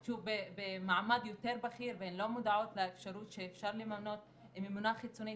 שהוא במעמד יותר בכיר והן לא מודעות לאפשרות שאפשר למנות ממונה חיצונית.